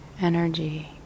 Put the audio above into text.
energy